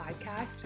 Podcast